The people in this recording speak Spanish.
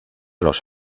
los